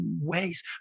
ways